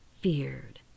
feared